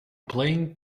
playing